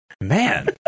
man